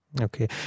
Okay